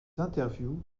interviews